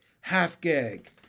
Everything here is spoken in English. half-gag